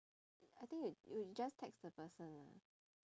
I think you you just text the person lah